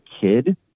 kid